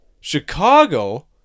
Chicago